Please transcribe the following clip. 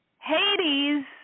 Hades